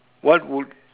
what would